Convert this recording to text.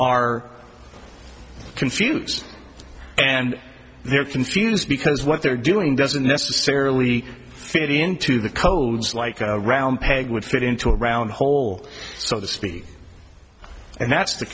are confuse and they're confused because what they're doing doesn't necessarily fit into the code it's like a round peg would fit into a round hole so the speed and that's the